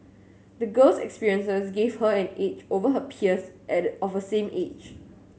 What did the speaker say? the girl's experiences gave her an edge over her peers and of the same age